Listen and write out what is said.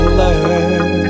learn